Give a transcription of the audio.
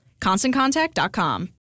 ConstantContact.com